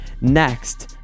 Next